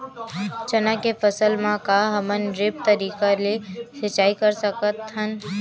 चना के फसल म का हमन ड्रिप तरीका ले सिचाई कर सकत हन?